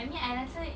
I mean I rasa